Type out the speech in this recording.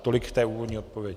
Tolik k té úvodní odpovědi.